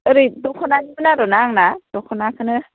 ओरै दख'नानिमोन आरोना आंना दख'नाखौनो